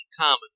common